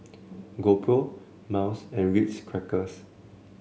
GoPro Miles and Ritz Crackers